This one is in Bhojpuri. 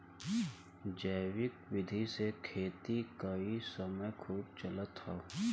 जैविक विधि से खेती क इ समय खूब चलत हौ